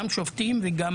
גם שופטים וגם